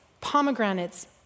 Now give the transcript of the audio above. pomegranates